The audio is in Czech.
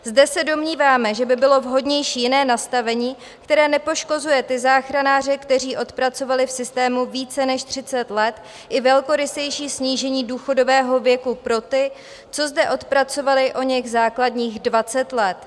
Zde se domníváme, že by bylo vhodnější jiné nastavení, které nepoškozuje ty záchranáře, kteří odpracovali v systému více než 30 let, i velkorysejší snížení důchodového věku pro ty, co zde odpracovali oněch základních 20 let.